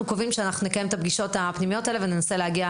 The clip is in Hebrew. אנחנו נקיים את הפגישות הפנימיות האלה וננסה להגיע